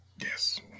Yes